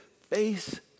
face